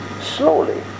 slowly